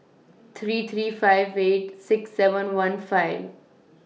three three five eight six seven one five